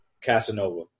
Casanova